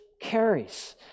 carries